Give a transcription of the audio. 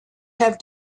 have